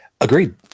Agreed